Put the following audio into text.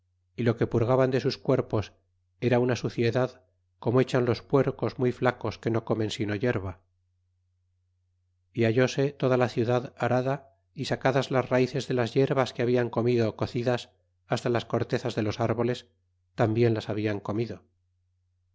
y lo que purgaban de sus cuerpos era una suciedad como echan los puercos muy flacos que no comen sino yerba y hallóse toda la ciudad arada y sacadas las raices de las yerbas que hablan comido cocidas hasta las cortezas de los árboles tarnbien las habian comido